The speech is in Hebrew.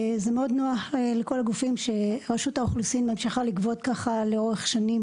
זה מאוד נוח לכל הגופים שרשות האוכלוסין ממשיכה לגבות ככה לאורך שנים